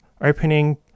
Opening